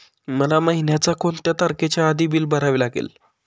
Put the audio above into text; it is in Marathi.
मला महिन्याचा कोणत्या तारखेच्या आधी बिल भरावे लागेल?